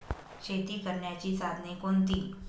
शेती करण्याची साधने कोणती?